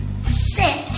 Sit